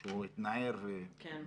שהוא התנער בקשר --- כן,